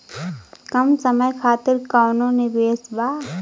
कम समय खातिर कौनो निवेश बा?